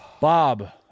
Bob